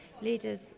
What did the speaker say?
leaders